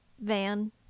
van